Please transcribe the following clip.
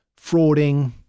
frauding